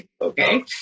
Okay